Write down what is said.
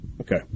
Okay